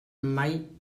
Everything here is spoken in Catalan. mai